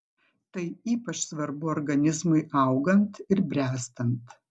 tai ypač svarbu organizmui augant ir bręstant